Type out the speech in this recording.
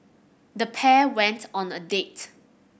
the pair went on a date